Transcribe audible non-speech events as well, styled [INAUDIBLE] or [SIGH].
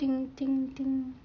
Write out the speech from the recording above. [NOISE]